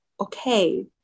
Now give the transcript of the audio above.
okay